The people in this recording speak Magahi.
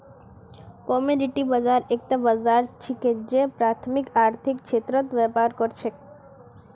कमोडिटी बाजार एकता ऐसा बाजार छिके जे प्राथमिक आर्थिक क्षेत्रत व्यापार कर छेक